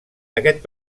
aquest